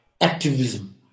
activism